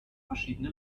verschiedene